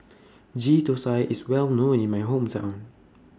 Ghee Thosai IS Well known in My Hometown